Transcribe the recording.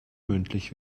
mündlich